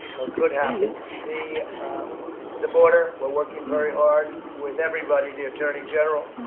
or could happen. the the border we're working very hard, with everybody the attorney general.